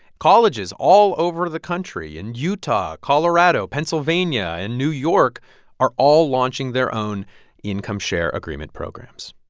colleges all over the country in utah, colorado, pennsylvania and new york are all launching their own income-share agreement programs